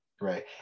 right